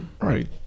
right